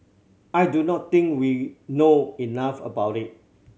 I do not think we know enough about it